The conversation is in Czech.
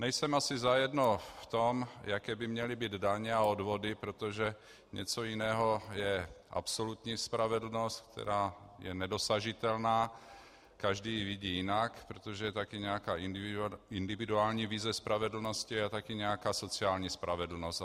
Nejsem asi zajedno v tom, jaké by měly být daně a odvody, protože něco jiného je absolutní spravedlnost, která je nedosažitelná, každý ji vidí jinak, protože je také individuální vize spravedlnosti a taky nějaká sociální spravedlnost.